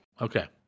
Okay